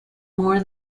more